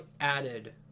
added